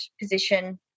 position